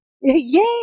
Yay